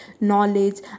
knowledge